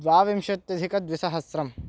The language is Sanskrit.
द्वाविंशत्यधिकद्विसहस्रम्